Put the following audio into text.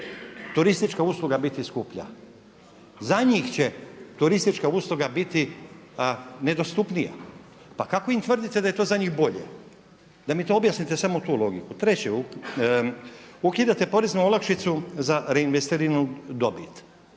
turistička usluga biti skuplja, za njih će turistička usluga biti nedostupnija. Pa kako im tvrdite da je to za njih bolje, da mi to objasnite samo tu logiku. Treće, ukidate porezne olakšicu za … dobit.